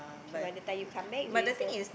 so by the time you come back is already se~